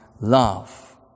love